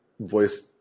voice